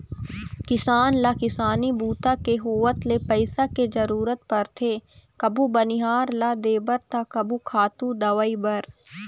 किसान ल किसानी बूता के होवत ले पइसा के जरूरत परथे कभू बनिहार ल देबर त कभू खातू, दवई बर